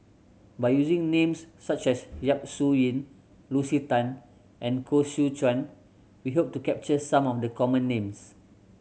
by using names such as Yap Su Yin Lucy Tan and Koh Seow Chuan we hope to capture some of the common names